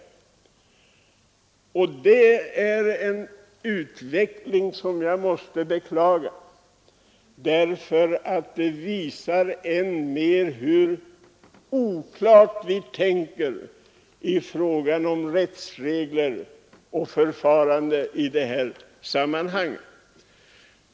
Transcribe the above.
Det är en utveckling som jag måste beklaga därför att den visar hur oklart vi tänker i fråga om rättsregler och förfaranden i rättsliga sammanhang.